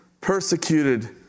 persecuted